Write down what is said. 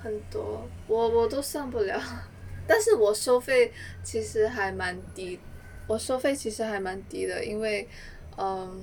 很多我我都算不了但是我收费其实还蛮低我收费其实还蛮低的因为 um